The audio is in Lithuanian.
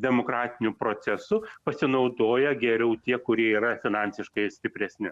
demokratiniu procesu pasinaudoja geriau tie kurie yra finansiškai stipresni